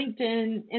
LinkedIn